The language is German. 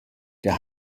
der